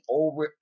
over